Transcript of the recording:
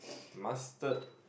mustard